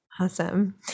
Awesome